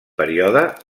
període